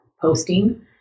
posting